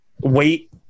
wait